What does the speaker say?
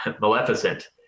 maleficent